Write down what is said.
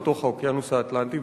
לתוך האוקיינוס האטלנטי,